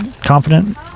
confident